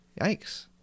Yikes